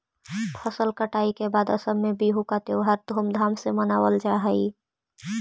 फसल कटाई के बाद असम में बिहू का त्योहार धूमधाम से मनावल जा हई